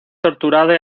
torturada